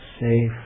safe